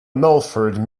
milford